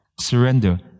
surrender